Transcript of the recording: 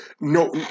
no